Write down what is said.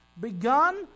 begun